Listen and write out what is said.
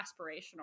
aspirational